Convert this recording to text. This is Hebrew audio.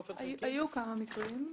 היו כמה מקרים.